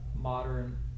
modern